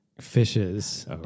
fishes